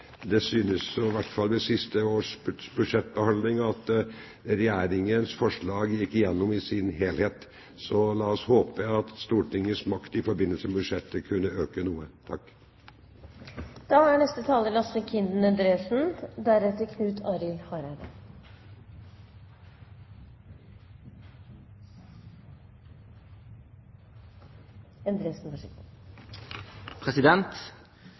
Ved siste års budsjettbehandling gikk i hvert fall Regjeringens forslag igjennom i sin helhet. Så la oss håpe at Stortingets makt i forbindelse med budsjettet kunne øke noe.